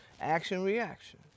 action-reaction